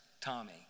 Tommy